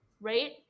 Right